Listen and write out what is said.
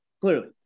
Clearly